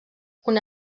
una